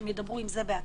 הם ידברו על זה בעצמם.